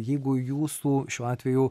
jeigu jūsų šiuo atveju